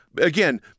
Again